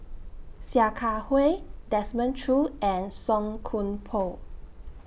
Sia Kah Hui Desmond Choo and Song Koon Poh